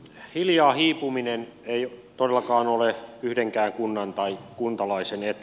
hiljaa hiipuminen ei todellakaan ole yhdenkään kunnan tai kuntalaisen etu